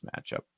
matchup